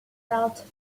that